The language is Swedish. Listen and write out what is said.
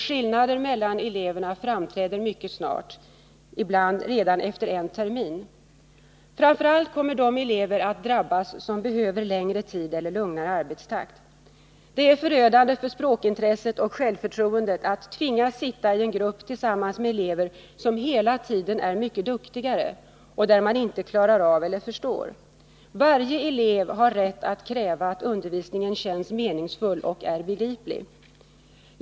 Skillnader mellan eleverna framträder mycket snart, ibland redan efter en termin. Framför allt kommer de elever att drabbas som behöver längre tid eller lugnare arbetstakt. Det är förödande för språkintresset och självförtroendet att tvingas sitta i en grupp tillsammans med elever som hela tiden är mycket duktigare och där man inte klarar av eller förstår. Varje elev har rätt att kräva att undervisningen känns meningsfull och är begriplig.